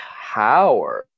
Howard